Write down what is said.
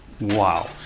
Wow